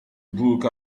book